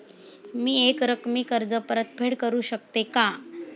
मी एकरकमी कर्ज परतफेड करू शकते का?